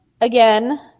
again